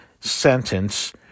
sentence